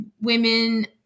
women